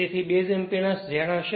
તેથી base impedance Z હશે